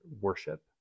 worship